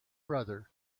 brother